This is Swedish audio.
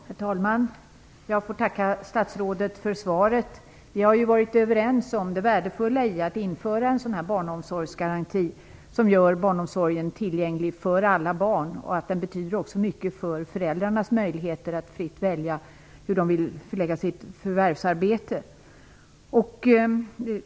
Herr talman! Jag får tacka statsrådet för svaret. Vi har ju varit överens om det värdefulla i att införa en barnomsorgsgaranti som gör barnomsorgen tillgänglig för alla barn. Den betyder också mycket för föräldrarnas möjligheter att fritt välja hur de vill förlägga sitt förvärvsarbete.